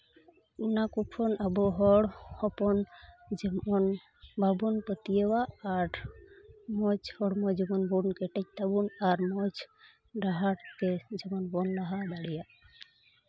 ᱚᱱᱟ ᱠᱚ ᱠᱷᱚᱱ ᱟᱵᱚ ᱦᱚᱲ ᱦᱚᱯᱚᱱ ᱡᱮᱢᱚᱱ ᱵᱟᱵᱚᱱ ᱯᱟᱹᱛᱭᱟᱹᱣᱟᱜ ᱟᱨ ᱢᱚᱡᱽ ᱦᱚᱲᱢᱚ ᱡᱮᱢᱚᱱ ᱵᱚᱱ ᱠᱮᱴᱮᱡ ᱛᱟᱵᱚᱱ ᱟᱨ ᱢᱚᱡᱽ ᱰᱟᱦᱟᱨ ᱛᱮ ᱡᱮᱢᱚᱱ ᱵᱚᱱ ᱞᱟᱦᱟ ᱫᱟᱲᱮᱭᱟᱜ